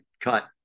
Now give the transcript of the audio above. cut